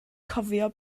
cofio